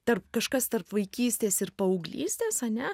tarp kažkas tarp vaikystės ir paauglystės ane